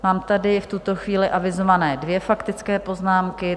Mám tady v tuto chvíli avizované dvě faktické poznámky.